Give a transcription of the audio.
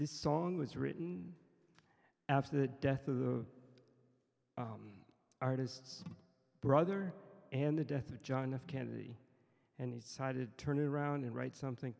this song was written after the death of the artist's brother and the death of john f kennedy and he cited turn it around and write something